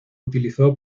utilizó